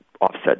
offset